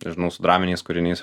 nežinau su draminiais kūriniais